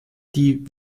die